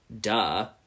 duh